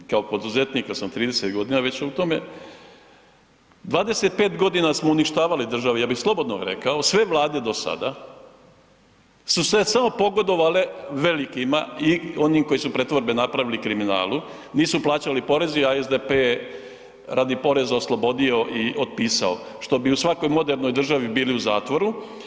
Kao poduzetnik sam već 30 godina u tome, 25 godina smo uništavali državi, ja bi slobodno rekao, sve vlade do sada su samo pogodovale velikima i onima koji su pretvorbe napravili kriminalu, nisu plaćali poreze, a SDP je radi poreza oslobodio i otpisao što bi u svakoj modernoj državi bili u zatvoru.